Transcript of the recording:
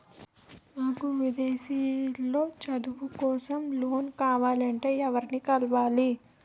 నాకు విదేశాలలో చదువు కోసం లోన్ కావాలంటే ఎవరిని కలవాలి?